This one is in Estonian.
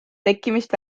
tekkimist